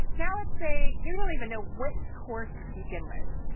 now, let's say you don't even know which course to begin with.